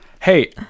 Hey